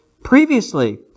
previously